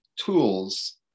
tools